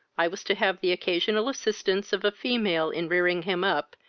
i was to have the occasional assistance of a female in rearing him up,